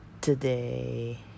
Today